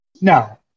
No